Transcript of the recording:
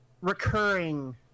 recurring